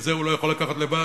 וזה הוא לא יכול לקחת לבד,